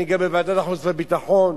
אני גם בוועדת החוץ והביטחון,